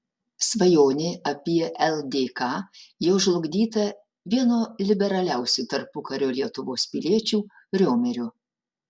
svajonė apie ldk jau žlugdyta vieno liberaliausių tarpukario lietuvos piliečių riomerio